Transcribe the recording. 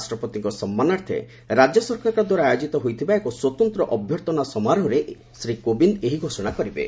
ରାଷ୍ଟ୍ରପତିଙ୍କ ସମ୍ବାନାର୍ଥେ ରାଜ୍ୟ ସରକାରଙ୍କ ଦ୍ୱାରା ଆୟୋଜିତ ହୋଇଥିବା ଏହି ସ୍ୱତନ୍ତ୍ର ଅଭ୍ୟର୍ଥନା ସମାରୋହରେ ଶ୍ରୀ କୋବିନ୍ଦ ଏହି ଘୋଷଣା କରିବେ